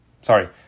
sorry